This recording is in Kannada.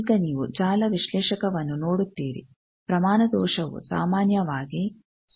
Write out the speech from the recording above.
ಈಗ ನೀವು ಜಾಲ ವಿಶ್ಲೇಷಕವನ್ನು ನೋಡುತ್ತೀರಿ ಪ್ರಮಾಣ ದೋಷವು ಸಾಮಾನ್ಯವಾಗಿ 0